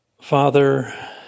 Father